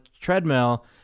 treadmill